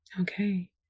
Okay